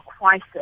crisis